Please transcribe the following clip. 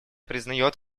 признает